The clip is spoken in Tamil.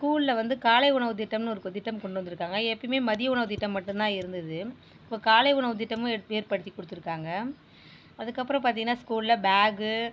ஸ்கூலில் வந்து காலை உணவு திட்டம்னு ஒரு திட்டம் கொண்டு வந்துருக்காங்க எப்பயுமே மதிய உணவு திட்டம் மட்டும் தான் இருந்துது இப்போ காலை உணவு திட்டமும் ஏட் ஏற்படுத்தி கொடுத்துருக்காங்க அதற்கப்பறம் பார்த்திங்கன்னா ஸ்கூலில் பேக்கு